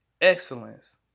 excellence